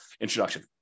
introduction